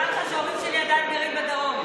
מזכירה לך שההורים שלי עדיין גרים בדרום,